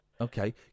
Okay